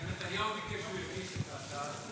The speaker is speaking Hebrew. נתניהו ביקש, הוא הגיש את ההצעה הזאת